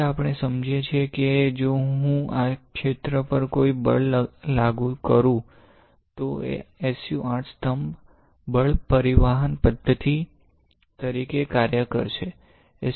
હવે આપણે સમજીએ છીએ કે જો હું આ ક્ષેત્ર પર કોઈ બળ લાગુ કરું તો એ SU 8 સ્તંભ બળ પરિવહન પદ્ધતિ તરીકે કાર્ય કરશે